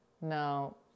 No